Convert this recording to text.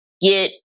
get